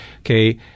okay